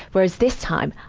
whereas this time,